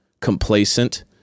complacent